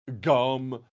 Gum